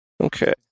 Okay